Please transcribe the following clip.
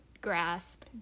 grasp